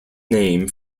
name